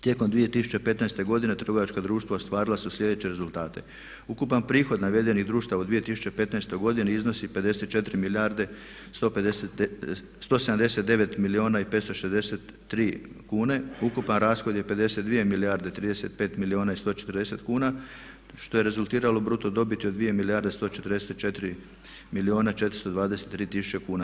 Tijekom 2015. godine trgovačka društva ostvarila su sljedeće rezultate: ukupan prihod navedenih društava u 2015. godini iznosi 54 milijarde 179 milijuna i 563 tisuće kuna, ukupan rashod je 52 milijarde 35 milijuna i 140 tisuća kuna što je rezultiralo bruto dobiti od 2 milijarde i 144 milijuna i 423 tisuće kuna.